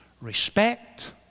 respect